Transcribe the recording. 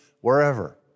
wherever